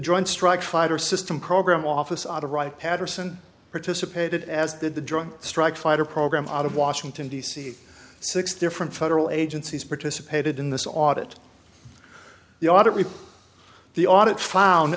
joint strike fighter system program office out of wright patterson participated as did the drone strike fighter program out of washington d c six different federal agencies participated in this audit the audit report the audit found